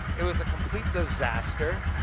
it was a complete disaster.